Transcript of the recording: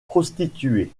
prostituées